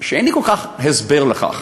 שאין לי כל כך הסבר לכך.